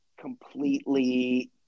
completely